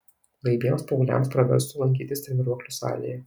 laibiems paaugliams praverstų lankytis treniruoklių salėje